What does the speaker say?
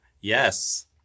Yes